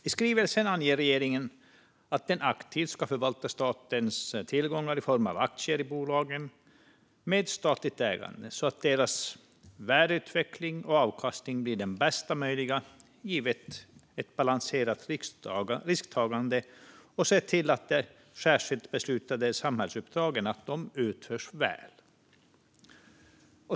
I skrivelsen anger regeringen att den aktivt ska förvalta statens tillgångar i form av aktier i bolagen med statligt ägande så att deras värdeutveckling och avkastning blir de bästa möjliga givet ett balanserat risktagande och se till att de särskilt beslutade samhällsuppdragen utförs väl.